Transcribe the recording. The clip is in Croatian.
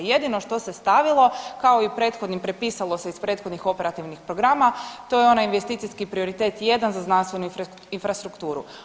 Jedino što se stavilo kao i u prethodnim prepisalo se iz prethodnih operativnih programa to je onaj investicijski prioritet jedan za znanstvenu infrastrukturu.